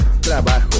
trabajo